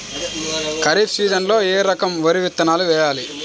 ఖరీఫ్ సీజన్లో ఏ రకం వరి విత్తనాలు వేయాలి?